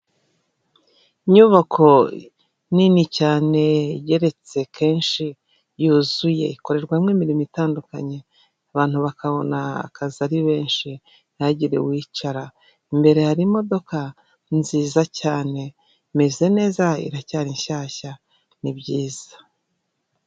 Inyubako nini cyane yeretse kenshi yuzuye, ikorerwamo imirimo itandukanye abantu bakabona akazi ari benshi ntihagire uwicara, imbere hari imodoka nziza cyane meze neza iracyari nshyashya ni byiza.